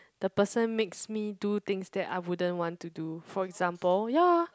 the person makes me do things that I wouldn't want to do for example ya